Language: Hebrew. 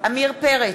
עמיר פרץ,